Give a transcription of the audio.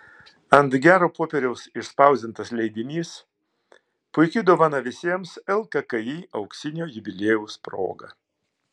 ant gero popieriaus išspausdintas leidinys puiki dovana visiems lkki auksinio jubiliejaus proga